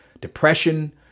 depression